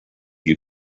you